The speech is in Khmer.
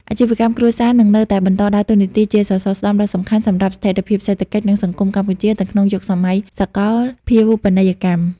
អាជីវកម្មគ្រួសារនឹងនៅតែបន្តដើរតួនាទីជាសសរស្តម្ភដ៏សំខាន់សម្រាប់ស្ថិរភាពសេដ្ឋកិច្ច និងសង្គមកម្ពុជានៅក្នុងយុគសម័យសកលភាវូបនីយកម្ម។